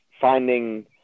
finding